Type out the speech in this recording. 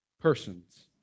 persons